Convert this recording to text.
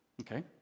Okay